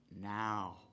Now